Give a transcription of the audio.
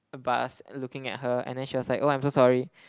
bus looking at her and then she was like oh I'm so sorry